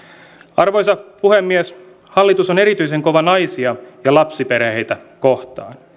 arvoisa puhemies hallitus on erityisen kova naisia ja lapsiperheitä kohtaan